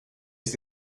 ist